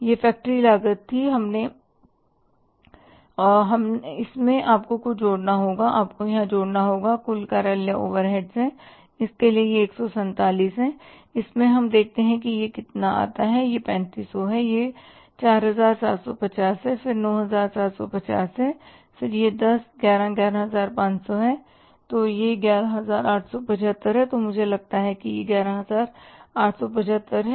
यह फ़ैक्टरी लागत थी और इसमें आपको कुछ जोड़ना होगा आपको यहाँ जोड़ना होगा कुल कार्यालय ओवरहेड्स है और इसके लिए यह 147 है इस में हम देखते हैं कि यह कितना आता है यह 3500 है यह 4750 है फिर 9750 फिर यह 10 11 11500 है तो यह 11875 है तो मुझे लगता है कि यह 11875 है